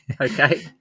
Okay